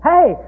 Hey